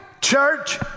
church